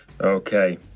Okay